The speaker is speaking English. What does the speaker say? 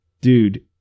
Dude